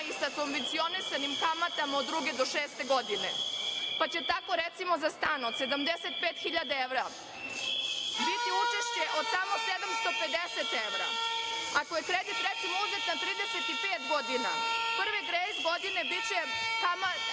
i sa subvencionisanim kamata od druge do šeste godine. Tako će recimo za stan od 75.000 evra biti učešće od samo 750 evra. Ako je kredit recimo uzet na 35 godina, prve grejs godine biće rata